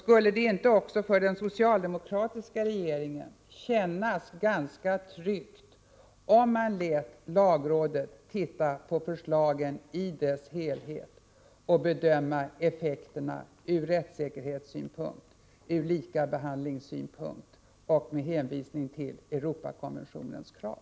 Skulle det inte också för den socialdemokratiska regeringen kännas ganska tryggt, om lagrådet fick granska förslagen i dess helhet och bedöma effekterna från rättssäkerhetssynpunkt och likabehandlingssynpunkt med hänvisning till Europakonventionens krav?